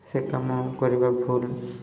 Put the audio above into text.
ସେ କାମ କରିବା ଭୁଲ୍